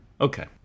Okay